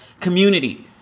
community